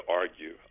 argue